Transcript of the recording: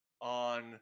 on